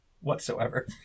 whatsoever